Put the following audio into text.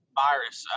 virus